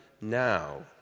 now